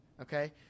Okay